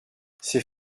c’est